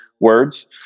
words